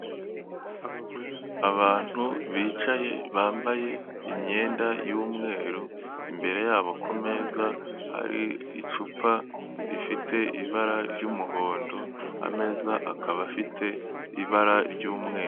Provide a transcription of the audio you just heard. Abantu bicaye bambaye imyenda y'umweru, imbere yabo ku meza hari icupa rifite ibara ry'umuhondo, ameza akaba afite ibara ry'umweru.